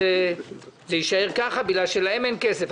זה יישאר ככה, בגלל שלהם אין כסף?